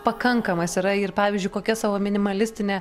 pakankamas yra ir pavyzdžiui kokia savo minimalistine